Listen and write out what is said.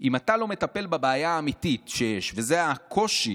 אם אתה לא מטפל בבעיה האמיתית שיש, הקושי